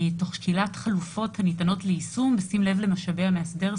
"תוך שקילת חלופות הניתנות ליישום בשים לב למשאבי המאסדר,